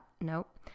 Nope